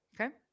Okay